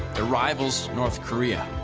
ah rivals north korea.